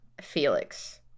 Felix